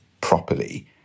properly